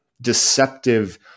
deceptive